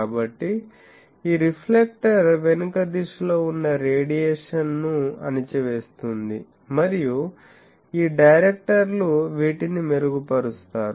కాబట్టి ఈ రిఫ్లెక్టర్ వెనుక దిశ లో ఉన్న రేడియేషన్ ను అణిచివేస్తుంది మరియు ఈ డైరెక్టర్లు వీటిని మెరుగుపరుస్తారు